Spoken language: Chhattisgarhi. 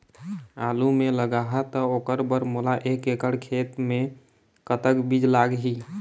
आलू मे लगाहा त ओकर बर मोला एक एकड़ खेत मे कतक बीज लाग ही?